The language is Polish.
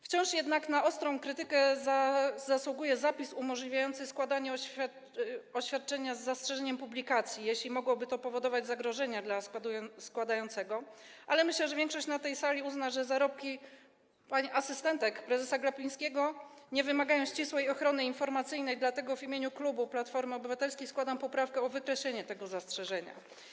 Wciąż na ostrą krytykę zasługuje zapis umożliwiający składanie oświadczenia z zastrzeżeniem publikacji, jeśli mogłoby to powodować zagrożenia dla składającego, ale myślę, że większość na tej sali uzna, że zarobki pań asystentek prezesa Glapińskiego nie wymagają ścisłej ochrony informacyjnej, dlatego w imieniu klubu Platformy Obywatelskiej składam poprawkę o wykreślenie tego zastrzeżenia.